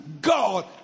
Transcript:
God